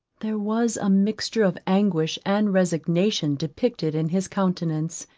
there was a mixture of anguish and resignation depicted in his countenance,